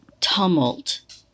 tumult